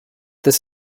this